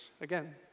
again